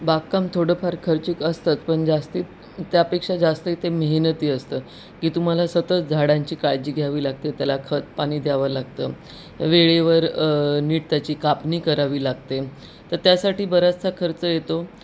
बागकाम थोडंफार खर्चिक असतात पण जास्तीत त्यापेक्षा जास्त इथे मेहनती असतं की तुम्हाला सतत झाडांची काळजी घ्यावी लागते त्याला खत पाणी द्यावं लागतं वेळेवर नीट त्याची कापणी करावी लागते तर त्यासाठी बराचसा खर्च येतो